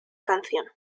canción